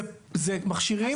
אלה מכשירים עם קרינה.